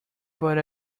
but